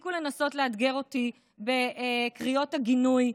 תפסיקו לנסות לאתגר אותי בקריאות גינוי.